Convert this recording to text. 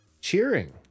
cheering